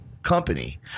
Company